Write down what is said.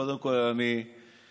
קודם כול אני ככה,